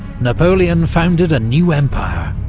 napoleon founded a new empire,